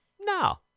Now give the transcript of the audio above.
No